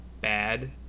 bad